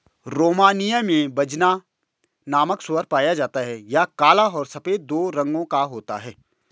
Romania में Bazna नामक सूअर पाया जाता है यह काला और सफेद दो रंगो का होता है